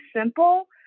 simple